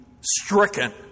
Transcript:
stricken